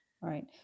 right